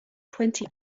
twenty